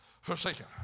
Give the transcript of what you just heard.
forsaken